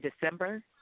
December